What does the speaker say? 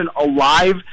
alive